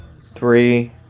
three